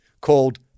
called